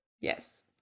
Yes